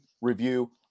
review